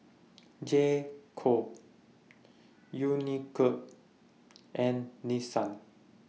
J Co Unicurd and Nissan